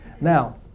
Now